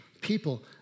people